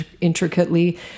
intricately